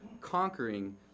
conquering